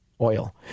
Oil